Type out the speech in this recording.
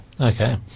Okay